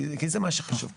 כי זה מה שחשוב פה.